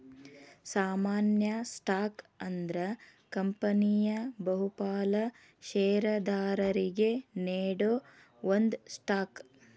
ಸಾಮಾನ್ಯ ಸ್ಟಾಕ್ ಅಂದ್ರ ಕಂಪನಿಯ ಬಹುಪಾಲ ಷೇರದಾರರಿಗಿ ನೇಡೋ ಒಂದ ಸ್ಟಾಕ್